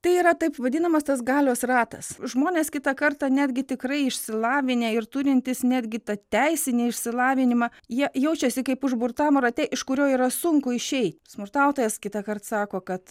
tai yra taip vadinamas tas galios ratas žmonės kitą kartą netgi tikrai išsilavinę ir turintys netgi tą teisinį išsilavinimą jie jaučiasi kaip užburtam rate iš kurio yra sunku išeit smurtautojas kitąkart sako kad